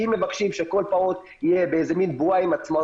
אם מבקשים שכל פעוט יהיה באיזה מין בועה עם עצמו,